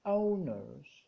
owners